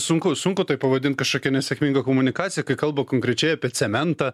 sunku sunku tai pavadint kažkokia nesėkminga komunikacija kai kalba konkrečiai apie cementą